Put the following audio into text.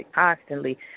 constantly